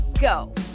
go